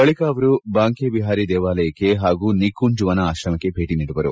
ಬಳಿಕ ಅವರು ಬಾಂಕೆ ಬಿಹಾರಿ ದೇವಾಲಯಕ್ಕೆ ಹಾಗೂ ನಿಕುಂಜ್ ವನ ಅಶ್ರಮಕ್ಕೆ ಭೇಟಿ ನೀಡುವರು